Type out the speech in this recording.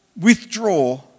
withdraw